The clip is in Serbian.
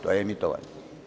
To je emitovanje.